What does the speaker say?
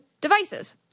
devices